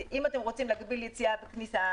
אם אתם רוצים להגביל כניסה ויציאה